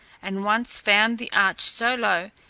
and once found the arch so low,